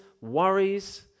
worries